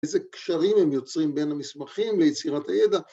‫איזה קשרים הם יוצרים ‫בין המסמכים ליצירת הידע.